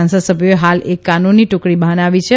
સાંસદસભ્યોએ હાલ એક કાનૂની ટુકડી બનાવી છે